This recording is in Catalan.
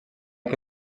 que